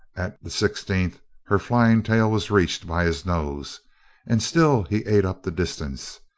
at the sixteenth her flying tail was reached by his nose and still he ate up the distance.